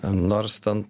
nors ten